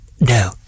No